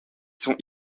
sont